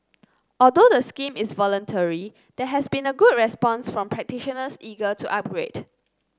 although the scheme is voluntary there has been a good response from practitioners eager to upgrade